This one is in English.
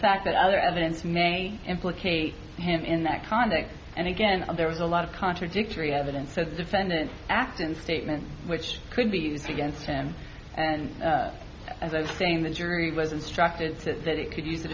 fact that other evidence may implicate him in that context and again there was a lot of contradictory evidence to the defendant's act in statement which could be used against him and as i'm saying the jury was instructed to that it could use the